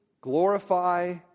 Glorify